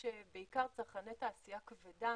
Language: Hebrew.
בעיקר צרכני תעשייה כבדה.